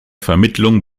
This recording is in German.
vermittlung